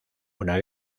una